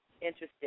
interested